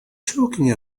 talking